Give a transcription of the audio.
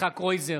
יצחק קרויזר,